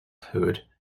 hood